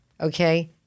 okay